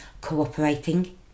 cooperating